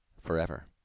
forever